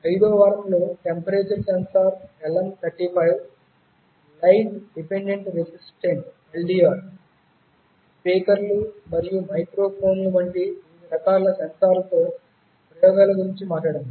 5 వ వారంలో టెంపరేచర్ సెన్సార్లు LM35 లైట్ డిపెండెంట్ రెసిస్టర్లు స్పీకర్లు మరియు మైక్రోఫోన్లు వంటి వివిధ రకాల సెన్సార్లతో ప్రయోగాల గురించి మాట్లాడాము